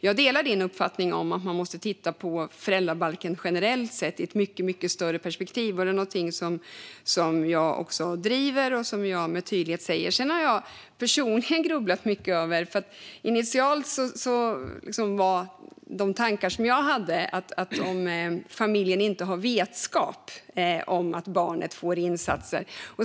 Jag delar ledamotens uppfattning att man generellt måste titta på föräldrabalken i ett mycket större perspektiv. Detta är någonting som jag driver och som jag med tydlighet säger. Jag har personligen grubblat mycket över detta. Initialt handlade mina tankar om att familjen inte har vetskap om att barnet får insatser.